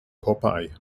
popeye